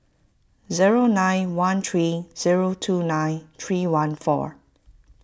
zero nine one three zero two nine three one four